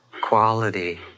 quality